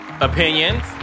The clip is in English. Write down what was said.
opinions